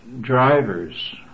drivers